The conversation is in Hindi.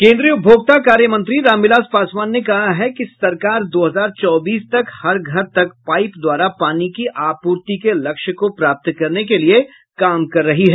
केन्द्रीय उपभोक्ता कार्यमंत्री रामविलास पासवान ने कहा है कि सरकार दो हजार चौबीस तक हर घर तक पाइप द्वारा पानी की आपूर्ति के लक्ष्य को प्राप्त करने के लिए काम कर रही है